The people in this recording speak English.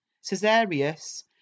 Caesarius